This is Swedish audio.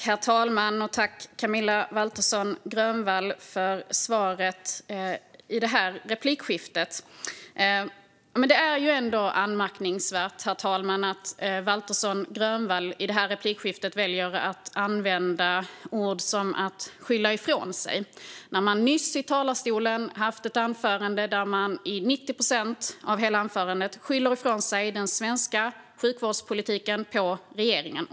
Herr talman! Det är ändå anmärkningsvärt att Camilla Waltersson Grönvall i detta replikskifte väljer att använda ord som att skylla ifrån sig när hon nyss i talarstolen haft ett anförande där hon i 90 procent av hela anförandet skyllde ifrån sig misslyckandena i den svenska sjukvårdspolitiken på regeringen.